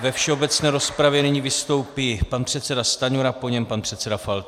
Ve všeobecné rozpravě nyní vystoupí pan předseda Stanjura, po něm pan předseda Faltýnek.